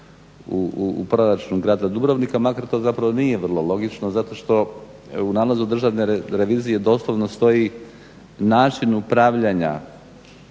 u Proračun grada Dubrovnika makar to zapravo nije vrlo logično zato što u nalazu Državne revizije doslovno stoji način upravljanja